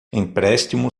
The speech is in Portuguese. empréstimo